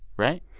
right?